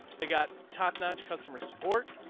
they got top notch customer support.